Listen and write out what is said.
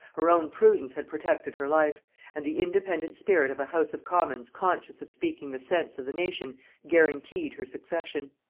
her own prudence had protected her life and the independent spirit of a house of commons conscious of speaking the sense of the nation guarantied her succession.